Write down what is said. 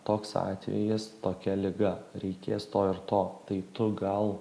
toks atvejis tokia liga reikės to ir to tai tu gal